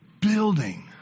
building